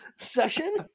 session